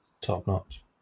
top-notch